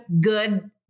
good